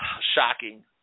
Shocking